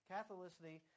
Catholicity